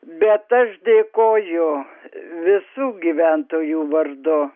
bet aš dėkoju visų gyventojų vardu